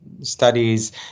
studies